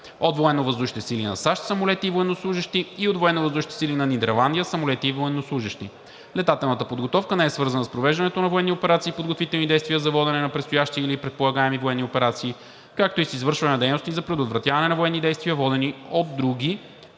от Военновъздушните сили на САЩ самолети и военнослужещи; - и от Военновъздушните сили на Нидерландия самолети и военнослужещи. Летателната подготовка не е свързана с провеждането на военни операции, подготвителни действия за водене на предстоящи или предполагаеми военни операции, както и с извършване на дейности за предотвратяване на военни действия, водени от други